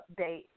update